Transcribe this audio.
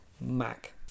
Mac